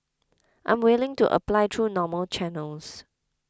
I'm willing to apply through normal channels